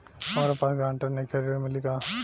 हमरा पास ग्रांटर नईखे ऋण मिली का?